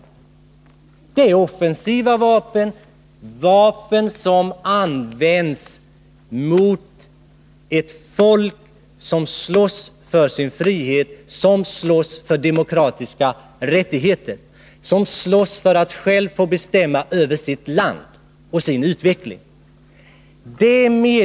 Kanonerna är offensiva vapen som används mot ett folk som slåss för sin frihet, som slåss för demokratiska rättigheter, som slåss för att självt få bestämma över sitt land och sin utveckling.